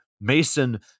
Mason